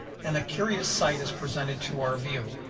and a curious sight is presented to our view.